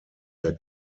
der